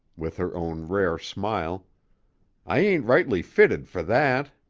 with her own rare smile i ain't rightly fitted for that.